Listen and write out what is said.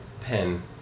pen